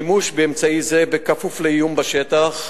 השימוש באמצעי זה, בכפוף לאיום בשטח,